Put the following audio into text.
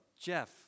Jeff